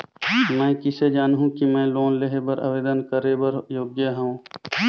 मैं किसे जानहूं कि मैं लोन लेहे बर आवेदन करे बर योग्य हंव?